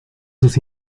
sus